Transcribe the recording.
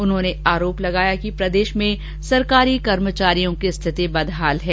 उन्होंने आरोप लगाया कि प्रदेश में सरकारी कर्मचारियों की स्थिति बदहाल है